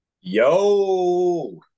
Yo